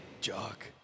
Jock